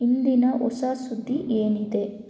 ಇಂದಿನ ಹೊಸ ಸುದ್ದಿ ಏನಿದೆ